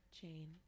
Jane